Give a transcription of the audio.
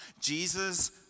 Jesus